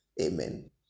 Amen